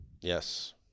Yes